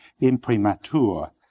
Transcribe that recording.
imprimatur